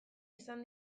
izan